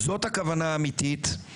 זאת הכוונה האמיתית.